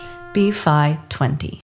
B520